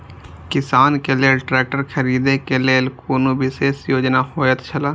किसान के लेल ट्रैक्टर खरीदे के लेल कुनु विशेष योजना होयत छला?